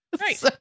Right